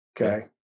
okay